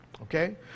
Okay